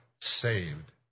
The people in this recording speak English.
saved